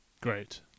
Great